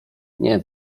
nie